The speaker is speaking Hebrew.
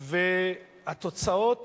התוצאות